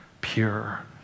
pure